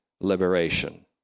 liberation